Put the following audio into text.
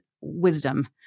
wisdom